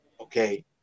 Okay